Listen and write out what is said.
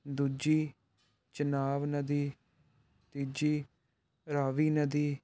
ਦੂਜੀ ਚਨਾਬ ਨਦੀ ਤੀਜੀ ਰਾਵੀ ਨਦੀ